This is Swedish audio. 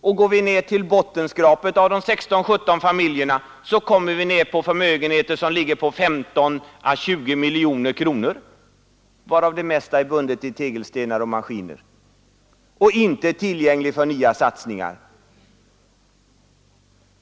Och går vi till bottenskrapet av de 16—17 familjerna kommer vi ned till förmögenheter som ligger på 15 å 20 miljoner kronor — varav det mesta är bundet i tegelstenar och maskiner och inte är tillgängligt för nya satsningar.